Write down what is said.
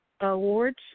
Awards